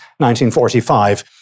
1945